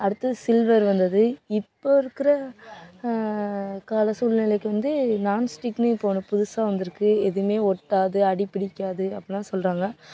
அடுத்தது சில்வர் வந்தது இப்போ இருக்கிற கால சூழ்நிலைக்கு வந்து நாண்ஸ்டிக்குன்னு இப்போ ஒன்று புதுசாக வந்திருக்கு எதுவுமே ஒட்டாது அடி பிடிக்காது அப்படிலாம் சொல்கிறாங்க